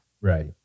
right